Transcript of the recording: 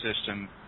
system